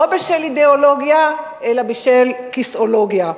לא בשל אידיאולוגיה, אלא בשל כיסאולוגיה.